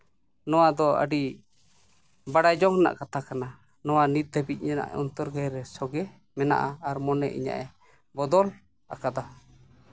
ᱱᱚᱣᱟ ᱫᱚ ᱟᱹᱰᱤ ᱵᱟᱲᱟᱭ ᱡᱚᱝ ᱨᱮᱭᱟᱜ ᱠᱟᱛᱷᱟ ᱠᱟᱱᱟ ᱱᱚᱣᱟ ᱱᱤᱛ ᱫᱷᱟᱹᱵᱤᱡ ᱚᱱᱛᱚᱨ ᱜᱟᱹᱦᱤᱨ ᱨᱮ ᱥᱚᱜᱮ ᱢᱮᱱᱟᱜᱼᱟ ᱟᱨ ᱢᱚᱱᱮ ᱤᱧᱟᱹᱜᱼᱮ ᱵᱚᱫᱚᱞ ᱟᱠᱟᱫᱟ